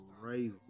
crazy